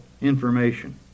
information